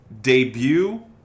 debut